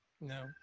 No